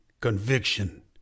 conviction